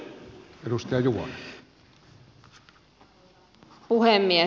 arvoisa puhemies